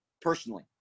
personally